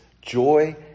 joy